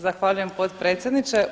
Zahvaljujem potpredsjedniče.